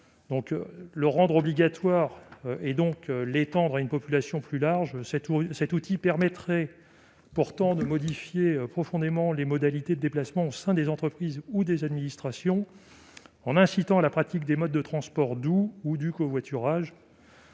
le rendre obligatoire, et donc l'étendre à une population plus large c'est tout cet outil permettrait pourtant de modifier profondément les modalités de déplacement au sein des entreprises ou des administrations en incitant la pratique des modes de transports doux ou du covoiturage.